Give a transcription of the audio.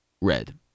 red